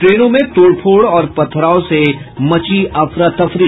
ट्रेनों में तोड़फोड़ और पथराव से मची अफरा तफरी